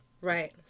Right